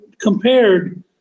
compared